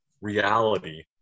reality